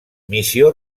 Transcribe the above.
missió